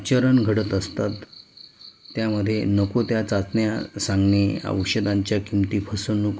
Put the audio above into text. आचरण घडत असतात त्यामध्ये नको त्या चाचण्या सांगणे औषधांच्या किमती फसवणूक